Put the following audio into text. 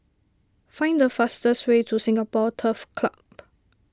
find the fastest way to Singapore Turf Club